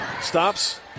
Stops